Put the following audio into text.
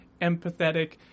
empathetic